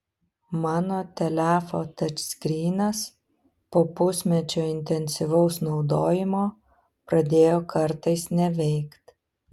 mano telefo tačskrynas po pusmečio intensyvaus naudojimo pradėjo kartais neveikt